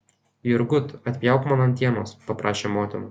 jurgut atpjauk man antienos paprašė motina